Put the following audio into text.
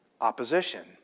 opposition